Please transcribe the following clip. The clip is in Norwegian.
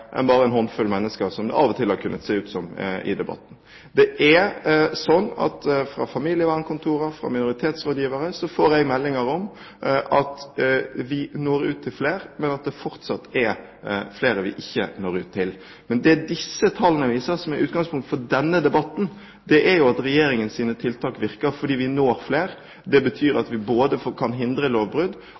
enn bare en håndfull mennesker, som det av og til har kunnet se ut som i denne debatten. Jeg får meldinger fra familievernkontor og fra minoritetsrådgivere om at vi når ut til flere, men det er fortsatt flere vi ikke når ut til. Men det disse tallene viser, som er utgangspunkt for denne debatten, er at Regjeringens tiltak virker fordi vi når flere. Det betyr at vi både kan hindre lovbrudd